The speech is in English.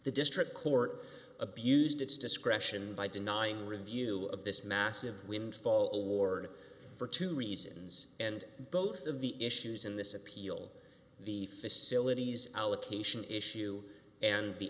the district court abused its discretion by denying review of this massive windfall award for two reasons and both of the issues in this appeal the facilities allocation issue and the